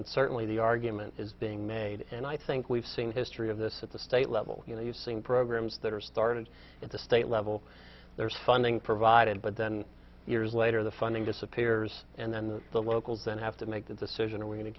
and certainly the argument is being made and i think we've seen history of this at the state level you know you've seen programs that are started at the state level there's funding provided but then years later the funding disappears and then the locals then have to make the decision are we going to